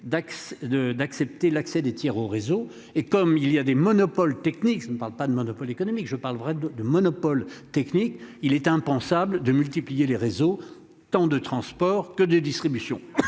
d'accepter l'accès des tiers au réseau et comme il y a des monopoles techniques, je ne parle pas de monopole économique je parle vrai de de monopole technique. Il est impensable de multiplier les réseaux tant de transport que de distribution.